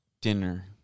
dinner